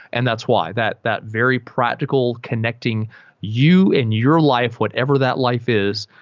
and that's why, that that very practical, connecting you and your life, whatever that life is,